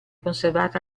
conservata